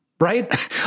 right